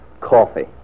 Coffee